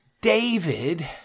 David